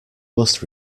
must